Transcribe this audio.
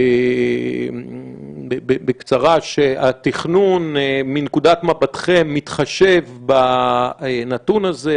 בקצרה שהתכנון מנקודת מבטכם מתחשב בנתון הזה,